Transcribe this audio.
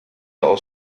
aus